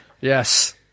Yes